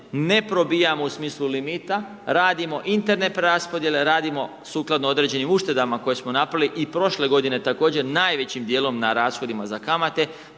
ne probijamo u smislu limita, radimo interne preraspodjele, radimo sukladno određenim uštedama koje smo napravili i prošle g. također najvećim dijelom na rashodima za kamate,